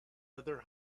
other